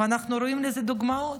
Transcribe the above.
אנחנו רואים לזה דוגמאות.